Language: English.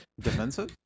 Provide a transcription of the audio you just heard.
Defensive